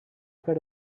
fer